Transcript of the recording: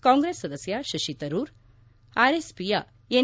ಕಾಂಗ್ರೆಸ್ ಸದಸ್ನ ಶತಿ ತರೂರ್ ಆರ್ಎಸ್ಒಯ ಎನ್